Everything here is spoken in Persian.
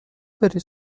بری